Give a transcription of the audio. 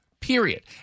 Period